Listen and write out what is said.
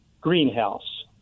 greenhouse